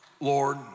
Lord